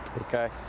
okay